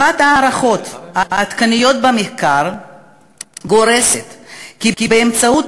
אחת ההערכות העדכניות במחקר גורסת כי באמצעות